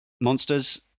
monsters